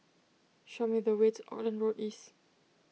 show me the way to Auckland Road East